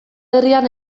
herrian